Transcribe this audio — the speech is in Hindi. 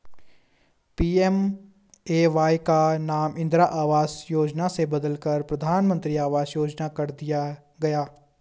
पी.एम.ए.वाई का नाम इंदिरा आवास योजना से बदलकर प्रधानमंत्री आवास योजना कर दिया गया